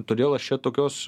todėl aš čia tokios